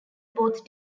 both